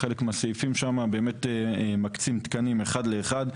חלק מהסעיפים שם מקצים תקנים אחד לאחד,